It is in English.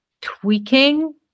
tweaking